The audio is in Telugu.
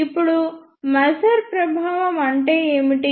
ఇప్పుడు మాజర్ ప్రభావం అంటే ఏమిటి